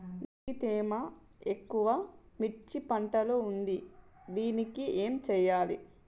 నీటి తేమ ఎక్కువ మిర్చి పంట లో ఉంది దీనికి ఏం చేయాలి?